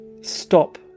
stop